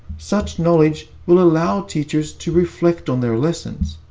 such knowledge will allow teachers to reflect on their lessons.